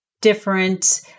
different